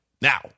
now